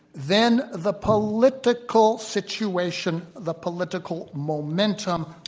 then the political situation, the political momentum,